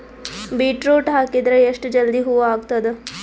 Beetroot ಹಾಕಿದರ ಎಷ್ಟ ಜಲ್ದಿ ಹೂವ ಆಗತದ?